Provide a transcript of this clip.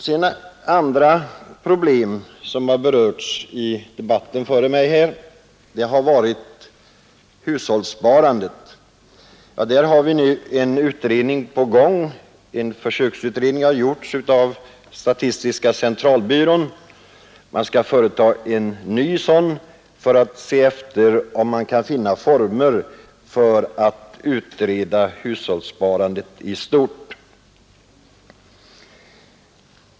Bland andra problem som har berörts i debatten har varit hushållssparandet. Denna fråga prövas för närvarande av en utredning. En försöksutredning har tidigare gjorts av statistiska centralbyrån, och en ny sådan utredning skall företas för att finna former för att utreda hushållssparandet i stort.